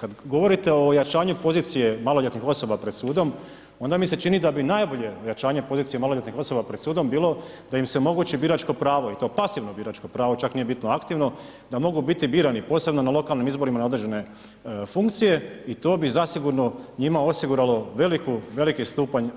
Kad govorite o jačanju pozicije maloljetnih osoba pred sudom, onda mi se čini da bi najbolje ojačanje pozicije maloljetnih osoba pred sudom bilo da im se omogući biračko pravo i to pasivno biračko pravo, čak nije bitno aktivno, da mogu biti birani, posebno na lokalnim izborima na određene funkcije i to bi zasigurno njima osiguralo veliku, veliki stupanj